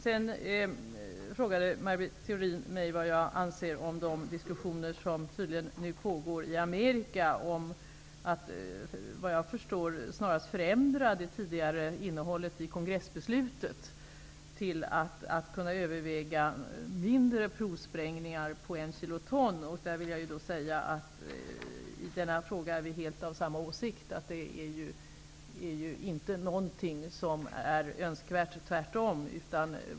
Sedan frågade Maj Britt Theorin mig vad jag anser om de diskussioner som tydligen pågår i Amerika om att snarast förändra det tidigare innehållet i kongressbeslutet till att överväga mindre provsprängningar på ett kiloton. I denna fråga är vi av helt samma åsikt. Det är inte någonting som är önskvärt. Tvärtom.